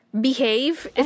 behave